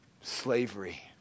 slavery